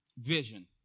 vision